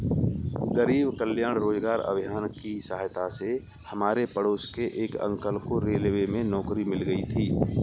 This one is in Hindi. गरीब कल्याण रोजगार अभियान की सहायता से हमारे पड़ोस के एक अंकल को रेलवे में नौकरी मिल गई थी